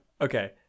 okay